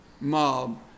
mob